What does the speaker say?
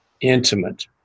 intimate